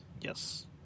Yes